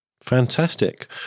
fantastic